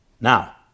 Now